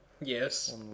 Yes